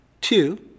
Two